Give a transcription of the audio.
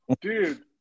dude